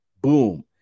boom